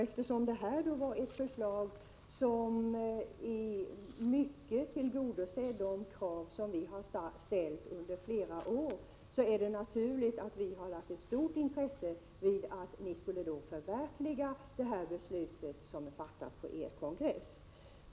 Eftersom det aktuella förslaget i mycket tillgodoser de krav som vi har ställt under flera år, är det naturligt att vi har fäst stort intresse vid att ni skulle förverkliga det beslut som fattades vid er kongress.